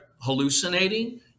hallucinating